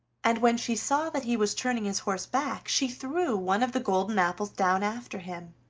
and when she saw that he was turning his horse back she threw one of the golden apples down after him,